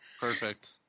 Perfect